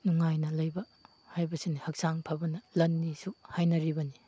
ꯅꯨꯡꯉꯥꯏꯅ ꯂꯩꯕ ꯍꯥꯏꯕꯁꯤꯅꯤ ꯍꯛꯆꯥꯡ ꯐꯕꯅ ꯂꯟꯅꯤꯁꯨ ꯍꯥꯏꯅꯔꯤꯕꯅꯤ